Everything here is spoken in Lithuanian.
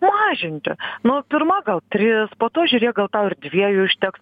mažinti nu pirma gal tris po to žiūrėk gal tau ir dviejų užteks